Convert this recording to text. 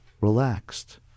relaxed